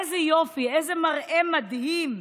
איזה יופי, איזה מראה מדהים.